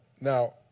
Now